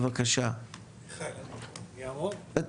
אתה